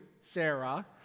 Sarah